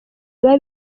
biba